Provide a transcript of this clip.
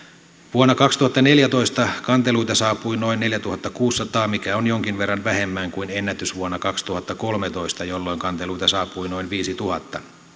vuonna kaksituhattaneljätoista kanteluita saapui noin neljätuhattakuusisataa mikä on jonkin verran vähemmän kuin ennätysvuonna kaksituhattakolmetoista jolloin kanteluita saapui noin viidenteentuhannenteen